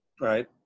right